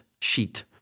sheet